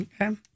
Okay